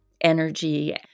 energy